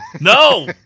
No